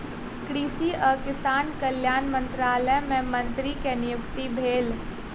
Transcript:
कृषि आ किसान कल्याण मंत्रालय मे मंत्री के नियुक्ति भेल